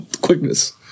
quickness